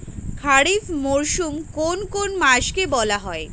খারিফ মরশুম কোন কোন মাসকে বলা হয়?